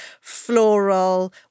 floral